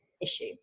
issue